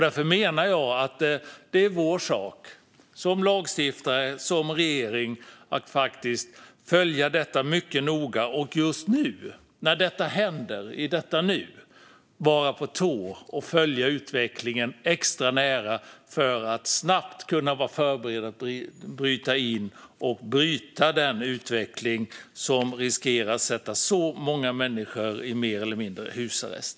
Därför menar jag att det är vår sak, som lagstiftare och som regering, att följa detta mycket noga och just i detta nu, när detta händer, vara på tå och följa utvecklingen extra nära för att kunna vara beredda att snabbt gripa in och bryta den utveckling som riskerar att sätta så många människor mer eller mindre i husarrest.